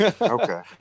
okay